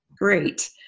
Great